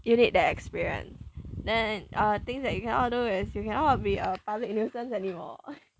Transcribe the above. you need that experience then uh things that you cannot do as you cannot be a public nuisance anymore